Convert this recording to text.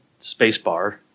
spacebar